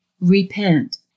Repent